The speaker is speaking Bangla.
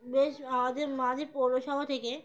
বেশ আমাদের মাঝে পৌরসভা থেকে